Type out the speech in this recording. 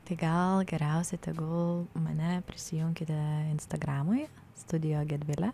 tai gal geriausia tegul mane prisijunkite instagramoj studio gedvilė